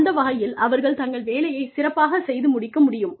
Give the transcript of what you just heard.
அந்த வகையில் அவர்கள் தங்கள் வேலையை சிறப்பாக செய்து முடிக்க முடியும்